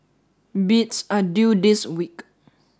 bids are due this week